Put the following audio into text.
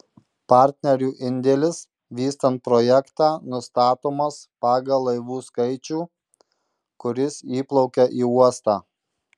partnerių indėlis vystant projektą nustatomas pagal laivų skaičių kuris įplaukia į uostą